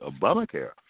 Obamacare